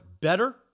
better